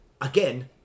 Again